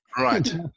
Right